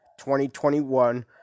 2021